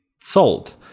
sold